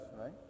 right